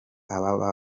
aba